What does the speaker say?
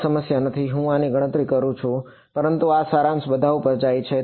કોઈ સમસ્યા નથી હું આની ગણતરી કરું છું પરંતુ આ સારાંશ બધા ઉપર જાય છે